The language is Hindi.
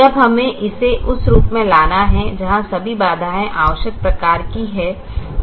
अब हमें इसे उस रूप में लाना है जहाँ सभी बाधाएँ आवश्यक प्रकार की हैं